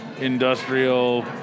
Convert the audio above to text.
industrial